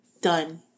done